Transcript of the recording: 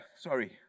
Sorry